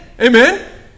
Amen